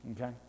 Okay